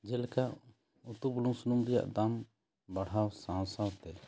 ᱡᱮᱞᱮᱠᱟ ᱩᱛᱩ ᱵᱩᱞᱩᱝ ᱥᱩᱱᱩᱢ ᱨᱮᱭᱟᱜ ᱫᱟᱢ ᱵᱟᱲᱦᱟᱣ ᱥᱟᱶ ᱥᱟᱶᱛᱮ